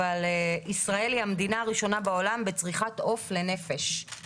אבל ישראל היא המדינה הראשונה בעולם בצריכת עוף לנפש.